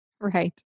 Right